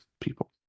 people